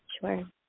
Sure